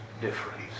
difference